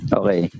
okay